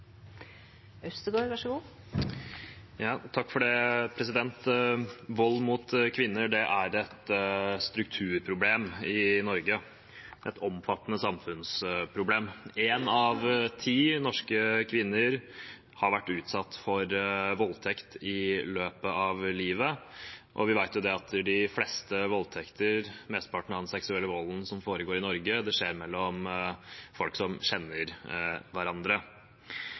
et strukturproblem i Norge, et omfattende samfunnsproblem. Én av ti norske kvinner har vært utsatt for voldtekt i løpet av livet, og vi vet at de fleste voldtekter, mesteparten av den seksuelle volden som foregår i Norge, skjer mellom folk som kjenner hverandre.